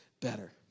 better